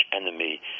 enemy